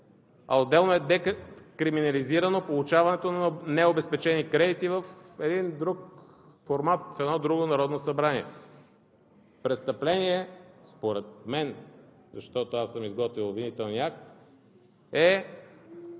Отделно е декриминализирано получаването на необезпечени кредити в един друг формат, в едно друго Народно събрание. Престъпление според мен, защото аз съм изготвил обвинителния акт,